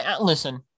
Listen